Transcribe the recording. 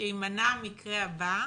שיימנע המקרה הבא,